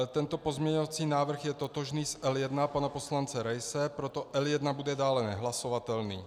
Tento pozměňovací návrh je totožný s L1 pana poslance Raise, proto L1 bude dále nehlasovatelný.